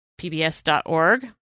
pbs.org